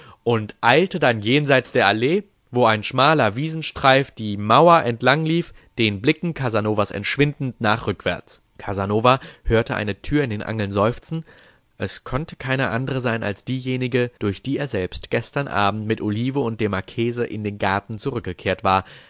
und eilte dann jenseits der allee wo ein schmaler wiesenstreif die mauer entlang lief den blicken casanovas entschwindend nach rückwärts casanova hörte eine tür in den angeln seufzen es konnte keine andre sein als diejenige durch die er selbst gestern abend mit olivo und dem marchese in den garten zurückgekehrt war